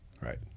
Right